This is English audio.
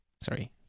sorry